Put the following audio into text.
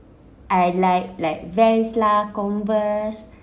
I like like vans lah converse